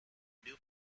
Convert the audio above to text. new